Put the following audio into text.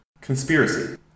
Conspiracy